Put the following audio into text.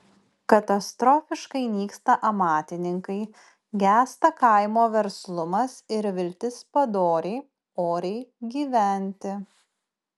katastrofiškai nyksta amatininkai gęsta kaimo verslumas ir viltis padoriai oriai gyventi